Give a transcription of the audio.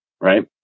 Right